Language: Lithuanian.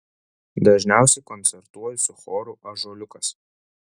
dažniausiai koncertuoju su choru ąžuoliukas